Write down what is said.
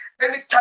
anytime